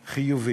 חיובי.